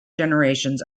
generations